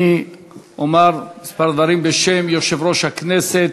אני אומר כמה דברים בשם יושב-ראש הכנסת.